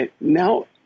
now